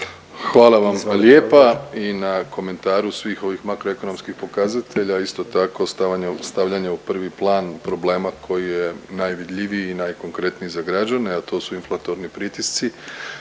Hvala vam lijepa i na komentaru svih ovih makroekonomskih pokazatelja, a isto tako stavljanja u prvi plan problema koji je najvidljiviji i najkonkretniji za građane, a to su inflatorni pritisci.